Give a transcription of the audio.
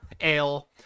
ale